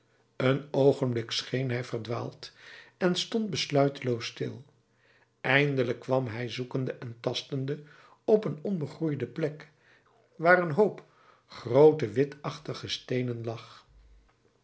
een oogenblik scheen hij verdwaald en stond besluiteloos stil eindelijk kwam hij zoekende en tastende op een onbegroeide plek waar een hoop groote witachtige steenen lag